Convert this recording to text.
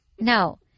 No